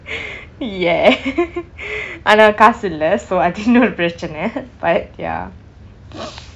ya ஆனால் காசு இல்லை:aanaal kaasu illai so I think அது இன்னொரு பிரச்சனை:athu innoru prachanai but ya